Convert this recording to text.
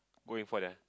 go in front yeah